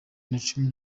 nacumi